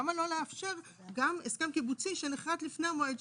למה לא לאפשר גם הסכם קיבוצי שנכרת לפני המועד,